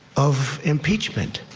of impeachment.